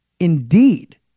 indeed